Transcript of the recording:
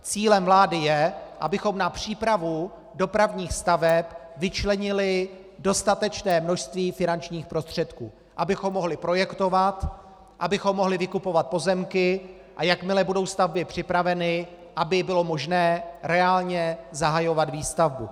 Cílem vlády je, abychom na přípravu dopravních staveb vyčlenili dostatečné množství finančních prostředků, abychom mohli projektovat, abychom mohli vykupovat pozemky, a jakmile budou stavby připraveny, aby bylo možné reálně zahajovat výstavbu.